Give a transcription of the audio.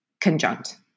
conjunct